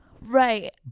Right